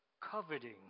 coveting